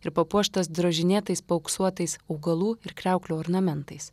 ir papuoštas drožinėtais paauksuotais augalų ir kriauklių ornamentais